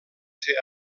ser